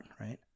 right